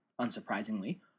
unsurprisingly